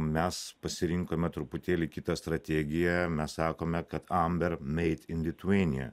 mes pasirinkome truputėlį kitą strategiją mes sakome kad amber made in lithuania